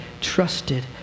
trusted